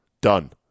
done